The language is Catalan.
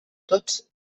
tots